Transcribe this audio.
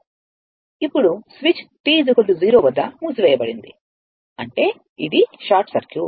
ఇప్పుడు switch t 0 వద్ద మూసివేయబడింది అంటే ఇది షార్ట్ సర్క్యూట్